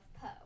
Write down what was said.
Poe